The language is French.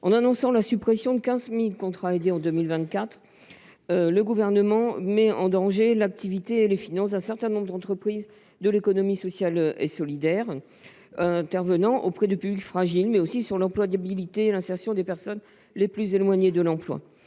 En annonçant la suppression de 15 000 contrats aidés en 2024, le Gouvernement met en danger l’activité et les finances d’un certain nombre d’entreprises de l’économie sociale et solidaire qui interviennent auprès de publics fragiles, mais aussi l’employabilité et l’insertion des personnes les plus éloignées de l’emploi.